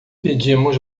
pedimos